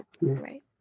Right